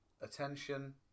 attention